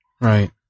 Right